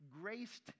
graced